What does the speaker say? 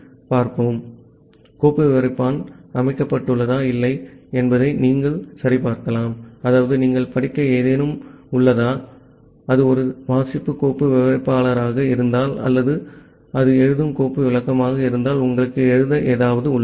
ஆகவே கோப்பு விவரிப்பான் அமைக்கப்பட்டுள்ளதா இல்லையா என்பதை நீங்கள் சரிபார்க்கலாம் அதாவது நீங்கள் படிக்க ஏதேனும் உள்ளது அது ஒரு வாசிப்பு கோப்பு விவரிப்பாளராக இருந்தால் அல்லது அது எழுதும் கோப்பு விளக்கமாக இருந்தால் உங்களுக்கு எழுத ஏதாவது உள்ளது